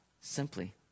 simply